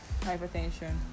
hypertension